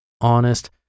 honest